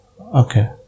Okay